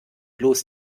bloß